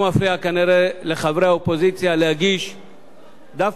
לחברי האופוזיציה להגיש דווקא הצעות אי-אמון,